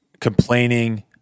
complaining